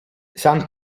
san